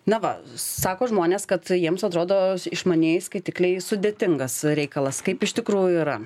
na va sako žmonės kad jiems atrodo išmanieji skaitikliai sudėtingas reikalas kaip iš tikrųjų yra